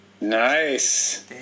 Nice